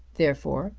therefore,